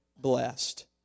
blessed